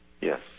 yes